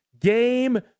Game